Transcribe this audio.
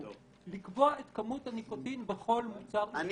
לקבוע את כמות הניקוטין בכל מוצר עישון.